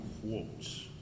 quotes